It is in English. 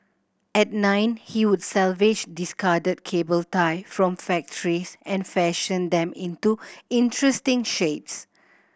at nine he would salvage discarded cable tie from factories and fashion them into interesting shapes